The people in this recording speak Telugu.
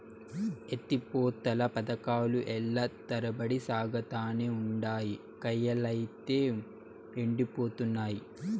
ఎత్తి పోతల పదకాలు ఏల్ల తరబడి సాగతానే ఉండాయి, కయ్యలైతే యెండిపోతున్నయి